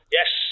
Yes